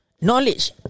knowledge